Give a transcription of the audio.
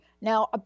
Now